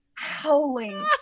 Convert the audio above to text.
howling